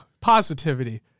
Positivity